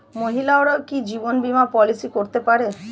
মহিলারাও কি জীবন বীমা পলিসি করতে পারে?